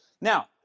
now